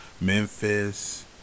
Memphis